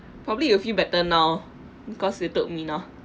probably you feel better now because you told me now